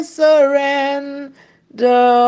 surrender